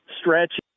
stretch